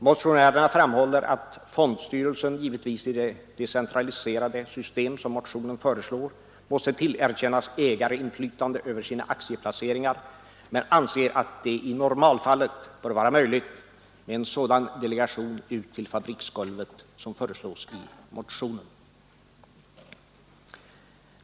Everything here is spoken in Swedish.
Motionärerna framhåller att fondstyrelsen givetvis i det decentraliserade system som motionen föreslår måste tillerkännas ägarinflytande över sina aktieplaceringar, men anser att det i normalfallet bör vara möjligt med en — Nr 98 sådan delegation ut till fabriksgolvet som föreslås i motionen.